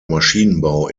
maschinenbau